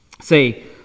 Say